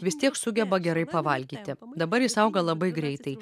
vis tiek sugeba gerai pavalgyti dabar jis auga labai greitai